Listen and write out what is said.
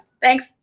Thanks